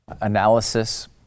analysis